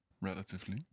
relatively